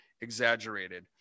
exaggerated